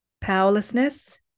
powerlessness